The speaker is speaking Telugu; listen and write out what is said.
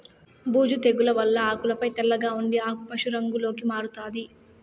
బూజు తెగుల వల్ల ఆకులపై తెల్లగా ఉండి ఆకు పశు రంగులోకి మారుతాది